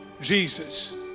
Jesus